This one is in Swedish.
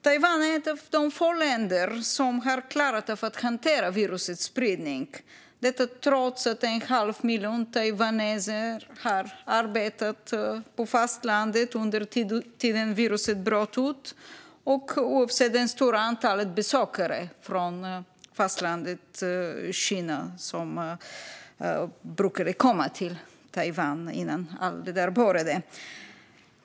Taiwan är ett av få länder som har klarat av att hantera virusets spridning, trots att en halv miljon taiwaneser arbetade på fastlandet under tiden viruset bröt ut, och trots det stora antalet besökare från fastlandet Kina som brukade komma till Taiwan innan allt började.